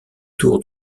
tour